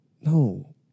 No